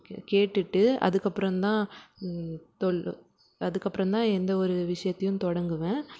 K கேட்டுட்டு அதுக்கப்புறந்தான் தொழு அதுக்கப்புறந்தான் எந்த ஒரு விஷயத்தையும் தொடங்குவேன்